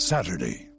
Saturday